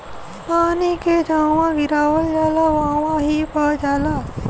पानी के जहवा गिरावल जाला वहवॉ ही बह जाला